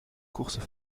courses